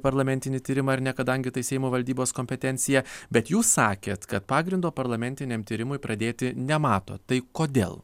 parlamentinį tyrimą ar ne kadangi tai seimo valdybos kompetencija bet jus sakėt kad pagrindo parlamentiniam tyrimui pradėti nematot tai kodėl